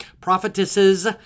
Prophetesses